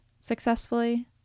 successfully